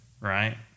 right